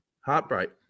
heartbreak